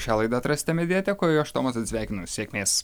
šią laidą atrasite mediatekoj aš tomas atsisveikinu sėkmės